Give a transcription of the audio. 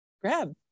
grab